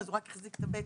הוא רק החזיק את הבטן.